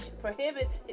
prohibits